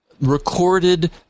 recorded